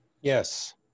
Yes